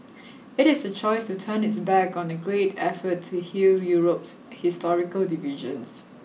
it is a choice to turn its back on the great effort to heal Europe's historical divisions